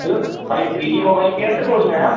hello بھائی three G mobile care سے بول رہے ہیں آپ